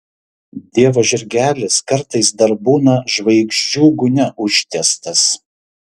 dievo žirgelis kartais dar būna žvaigždžių gūnia užtiestas